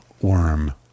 worm